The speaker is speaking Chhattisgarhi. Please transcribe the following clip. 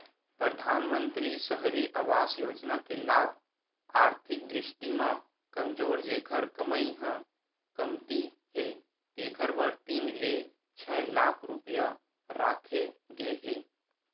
परधानमंतरी सहरी आवास योजना के लाभ आरथिक दृस्टि म कमजोर जेखर कमई ह कमती हे तेखर बर तीन ले छै लाख रूपिया राखे गे हे